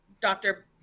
Dr